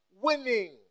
winning